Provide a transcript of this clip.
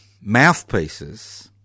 mouthpieces